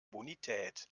bonität